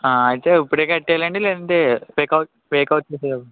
ఆ అంటే ఇప్పుడే కట్టేయాలా అండి లేదంటే చెక్అవుట్ చెక్అవుట్ చేసేటప్పుడా